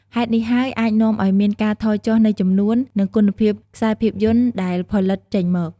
ហេតុនេះហើយអាចនាំឱ្យមានការថយចុះនៃចំនួន និងគុណភាពខ្សែភាពយន្តដែលផលិតចេញមក។